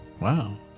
Wow